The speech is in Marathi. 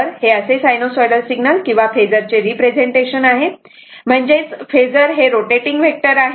तर हे असे सायनोसॉइडल सिग्नल किंवा फेजर चे रिप्रेझेंटेशन आहे म्हणजेच फेजर हे रोटेटिंग वेक्टर आहे